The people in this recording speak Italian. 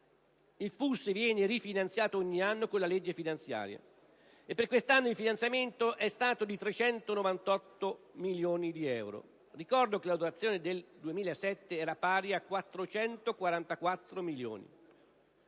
Il FUS viene rifinanziato ogni anno con la legge finanziaria e per quest'anno il finanziamento è stato di circa 398 milioni euro. Ricordo che la dotazione per il 2007 era pari a 444 milioni.